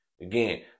Again